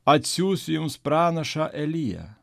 atsiųsiu jums pranašą eliją